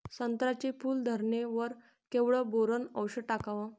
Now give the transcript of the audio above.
संत्र्याच्या फूल धरणे वर केवढं बोरोंन औषध टाकावं?